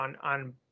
on